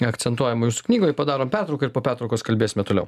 akcentuojama jūsų knygoj padarom pertrauką ir po pertraukos kalbėsim toliau